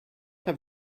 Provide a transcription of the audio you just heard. have